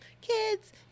Kids